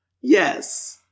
yes